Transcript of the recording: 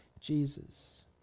jesus